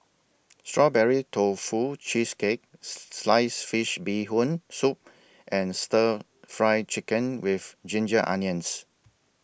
Strawberry Tofu Cheesecake Sliced Fish Bee Hoon Soup and Stir Fry Chicken with Ginger Onions